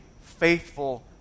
faithful